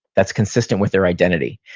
that's consistent with their identity.